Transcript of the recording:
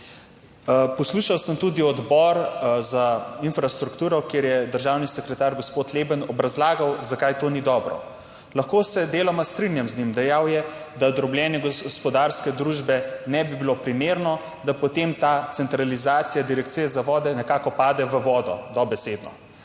Poslušal sem tudi Odbor za infrastrukturo, kjer je državni sekretar, gospod Leben, obrazlagal, zakaj to ni dobro. Lahko se deloma strinjam z njim, dejal je, da drobljenje gospodarske družbe ne bi bilo primerno, da potem ta centralizacija direkcije za vode nekako pade v vodo, dobesedno,